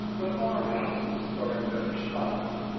the farm-houses are in better style,